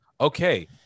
Okay